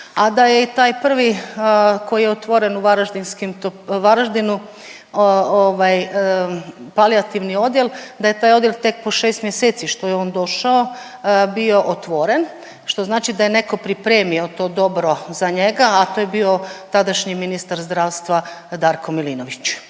a da je i taj prvi koji je otvoren u Varaždinskim to…, Varaždinu ovaj palijativni odjel, da je taj odjel tek po 6 mjeseci što je on došao bio otvoren, što znači da je neko pripremio to dobro za njega, a to je bio tadašnji ministar zdravstva Darko Milinović.